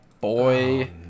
boy